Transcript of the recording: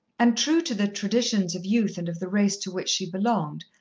and, true to the traditions of youth and of the race to which she belonged,